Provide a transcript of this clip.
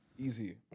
Easy